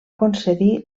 concedir